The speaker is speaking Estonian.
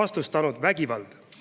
vastustanud vägivalda.